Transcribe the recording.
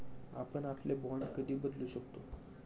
आपण आपले बाँड कधी बदलू शकतो?